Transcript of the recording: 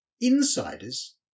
Insiders